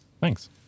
Thanks